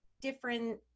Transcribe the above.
different